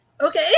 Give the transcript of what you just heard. okay